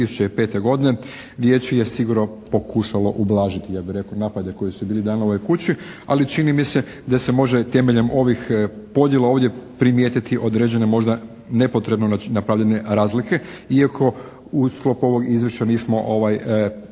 2005. godine Vijeće je sigurno pokušalo ublažiti, ja bih rekao, napade koji su bili dani ovoj kući, ali čini mi se da se može temeljem ovih podjela ovdje primijetiti određene možda nepotrebno napravljene razlike. Iako u sklopu ovog izvješća nismo vidjeli